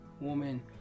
woman